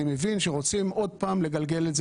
אני מבין שרוצים עוד פעם לגלגל את זה